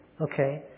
Okay